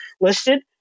listed